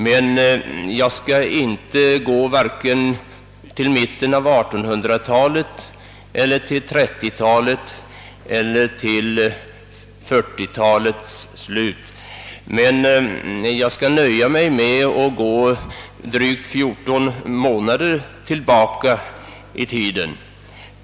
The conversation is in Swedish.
Jag skall emellertid inte gå tillbaka till vare sig mitten av 1800-talet, 1930-talet eller 1940-talets slut utan nöja mig med att gå drygt 14 månader tillbaka i tiden.